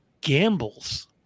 gambles